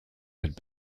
had